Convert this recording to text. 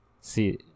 see